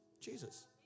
Jesus